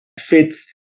fits